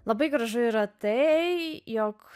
labai gražu yra tai jog